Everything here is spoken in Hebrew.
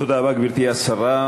תודה רבה, גברתי השרה.